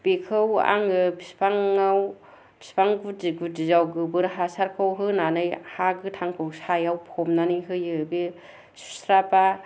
बेखौ आङो बिफांआव बिफां गुदि गुदिआव गोबोर हासारखौ होनानै हा गोथांखौ सायाव फबनानै होयो बे सुस्राब्ला